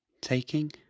Taking